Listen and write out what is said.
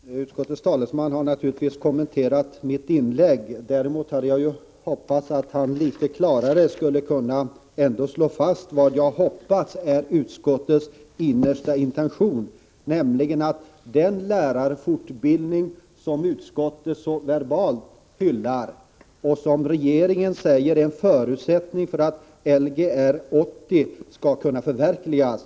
Herr talman! Utskottets talesman har naturligtvis kommenterat mitt inlägg. Däremot hade jag hyst förhoppningar om att han litet klarare skulle slå fast vad jag hoppas är utskottets innersta intention, nämligen att det är viktigt med den lärarfortbildning som utskottet verbalt hyllar och som regeringen säger är en förutsättning för att Lgr 80 skall kunna förverkligas.